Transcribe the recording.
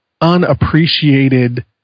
unappreciated